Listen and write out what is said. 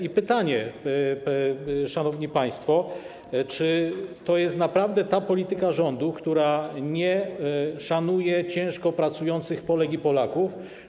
I pytam, szanowni państwo, czy to jest naprawdę ta polityka rządu, która nie szanuje ciężko pracujących Polek i Polaków.